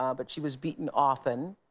um but she was beaten often,